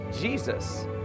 Jesus